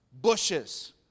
Bushes